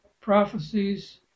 prophecies